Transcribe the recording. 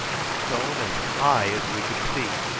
stone as high as we could see.